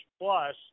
plus